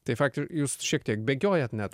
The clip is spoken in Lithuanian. tai fakt ir jūs šiek tiek bėgiojat net